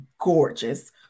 gorgeous